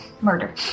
Murder